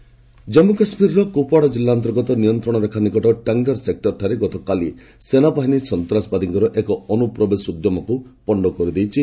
JK infiltration Jammu କାଶ୍ମୀରର କୁପୱାଡ଼ା ଜିଲ୍ଲା ଅନ୍ତର୍ଗତ ନିୟନ୍ତ୍ରଣରେଖା ନିକଟ ଟାଙ୍ଗଧର ସେକୁରଠାରେ ଗତକାଲି ସେନାବାହିନୀ ସନ୍ତାସବାଦୀଙ୍କର ଏକ ଅନୁପ୍ରବେଶ ଉଦ୍ୟମକୁ ପଶ୍ଡ କରିଦେଇଛି